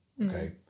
okay